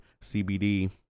CBD